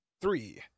three